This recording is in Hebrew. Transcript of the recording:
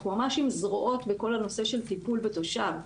אנחנו ממש עם זרועות בכל נושא הטיפול בתושב.